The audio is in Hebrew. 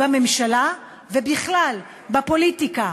בממשלה ובכלל בפוליטיקה.